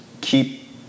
keep